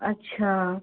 अच्छा